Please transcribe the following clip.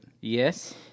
yes